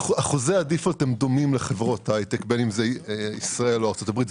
אחוזי הדיפולט דומים לחברות הייטק בין אם זה ישראל או ארצות הברית.